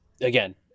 again